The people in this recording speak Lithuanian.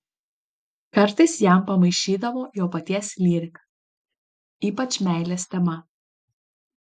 kartais jam pamaišydavo jo paties lyrika ypač meilės tema